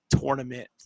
tournament